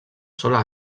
sola